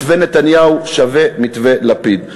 מתווה נתניהו שווה מתווה לפיד.